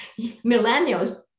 millennials